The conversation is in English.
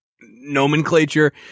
nomenclature